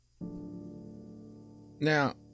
Now